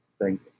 Thank